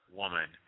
woman